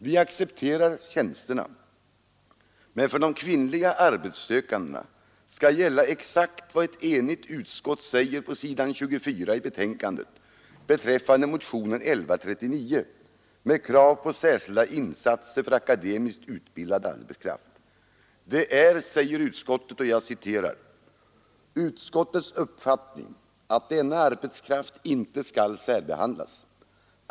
Vi accepterar tjänsterna, men för de kvinnliga arbetssökandena skall gälla exakt vad ett enigt utskott säger på s. 24 i betänkandet beträffande motionen 1139 med krav på särskilda insatser för akademiskt utbildad arbetskraft. Det är, säger utskottet, ”utskottets uppfattning att denna arbetskraft inte skall särbehandlas.